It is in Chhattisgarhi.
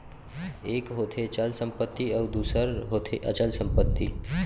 एक होथे चल संपत्ति अउ दूसर होथे अचल संपत्ति